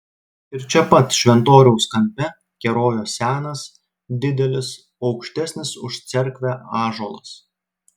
ir čia pat šventoriaus kampe kerojo senas didelis aukštesnis už cerkvę ąžuolas